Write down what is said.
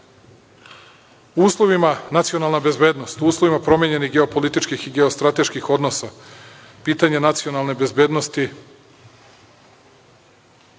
partnerima. Nacionalna bezbednost. U uslovima promenjenih geopolitičkih i geostrateških odnosa pitanje nacionalne bezbednosti